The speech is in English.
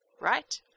right